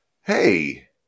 hey